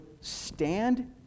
stand